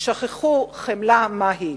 שכחו חמלה מהי.